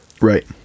Right